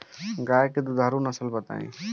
गाय के दुधारू नसल बताई?